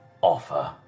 offer